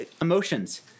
emotions